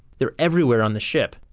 they're everywhere on the ship.